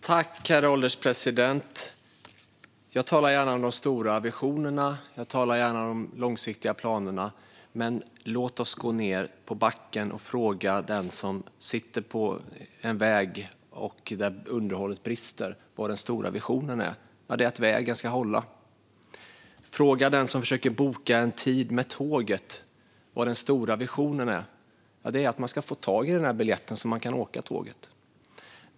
Herr ålderspresident! Jag talar gärna om de stora visionerna och de långsiktiga planerna. Men låt oss gå ned på backen och fråga den som färdas på en väg där underhållet brister vad den stora visionen är. Ja, det är att vägen ska hålla. Fråga den som försöker boka en tågbiljett vad den stora visionen är! Ja, det är att man ska få tag i biljetten, så att man kan åka med tåget.